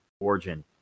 origin